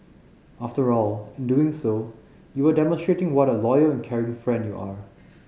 after all in doing so you are demonstrating what a loyal and caring friend you are